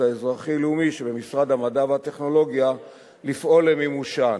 האזרחי לאומי שבמשרד המדע והטכנולוגיה לפעול למימושן.